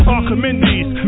Archimedes